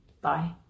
Bye